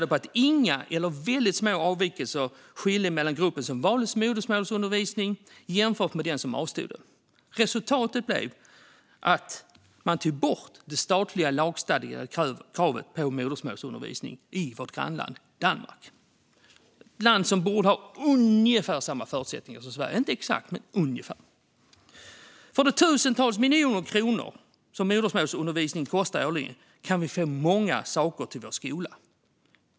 Den visade på inga eller väldigt små avvikelser mellan gruppen som valde modersmålsundervisning och dem som avstod. Resultatet blev att man tog bort det statliga lagstadgade kravet på modersmålsundervisning i Danmark, ett land där förutsättningarna borde vara ungefär desamma som i Sverige, om än inte exakt. För de tusentals miljoner kronor som modersmålsundervisningen kostar årligen kan vi få många saker till vår skola.